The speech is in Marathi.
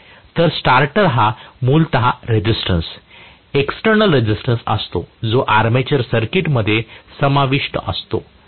तर स्टार्टर हा मूलतः रेसिस्टन्स एक्सटर्नल रेसिस्टन्स असतो जो आर्मेचर सर्किटमध्ये समाविष्ट असतो